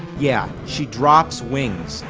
yeah, she drops wings.